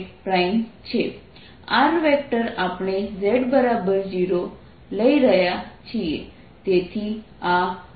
r આપણે z0 લઈ રહ્યા છીએ